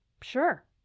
sure